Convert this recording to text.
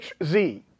HZ